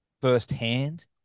firsthand